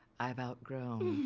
i've outgrown.